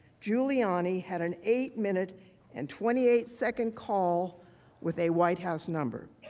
giuliani had an eight minute and twenty eight second call with a white house number.